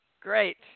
Great